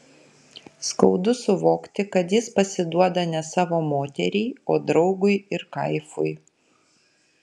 skaudu suvokti kad jis pasiduoda ne savo moteriai o draugui ir kaifui